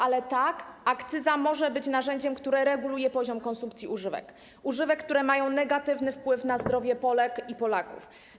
Ale tak, akcyza może być narzędziem, które reguluje poziom konsumpcji używek, które mają przecież negatywny wpływ na zdrowie Polek i Polaków.